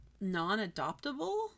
non-adoptable